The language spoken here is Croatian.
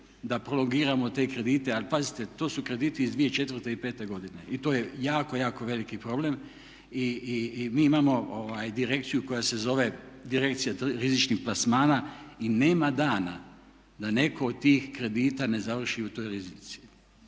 da prolongiramo te kredite. Ali pazite, to su krediti iz 2004. i pete godine i to je jako, jako veliki problem. I mi imamo direkciju koja se zove Direkcija rizičnih plasmana i nema dana da netko od tih kredita ne završi u toj riznici.